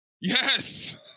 Yes